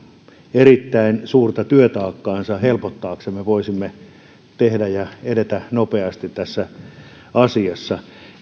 erittäin suurta työtaakkaansa helpottaaksemme voisimme tehdä ja edetä nopeasti tässä asiassa